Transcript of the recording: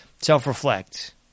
self-reflect